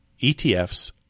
ETFs